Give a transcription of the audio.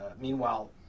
meanwhile